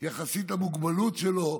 יחסית למוגבלות שלו,